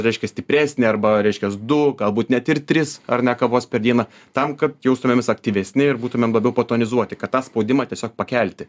reiškia stipresnį arba reiškias du galbūt net ir tris ar ne kavos per dieną tam kad jaustumėmės aktyvesni ir būtumėm labiau potonizuoti kad tą spaudimą tiesiog pakelti